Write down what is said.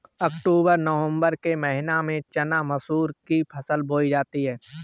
अक्टूबर नवम्बर के महीना में चना मसूर की फसल बोई जाती है?